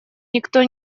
никто